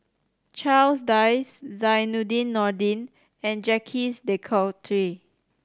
Charles Dyce Zainudin Nordin and Jacques De Coutre